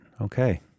Okay